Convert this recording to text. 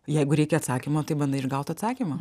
jeigu reikia atsakymo tai bandai ir gaut atsakymą